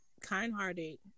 kind-hearted